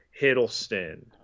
Hiddleston